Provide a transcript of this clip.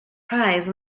prize